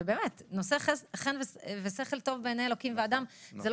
"נושא חן ושכל טוב בעיני אלוהים ואדם" לא